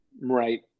Right